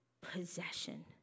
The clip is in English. possession